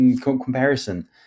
comparison